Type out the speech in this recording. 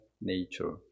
nature